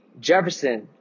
Jefferson